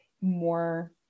more